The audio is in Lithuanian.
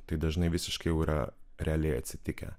tai dažnai visiškai jau yra realiai atsitikę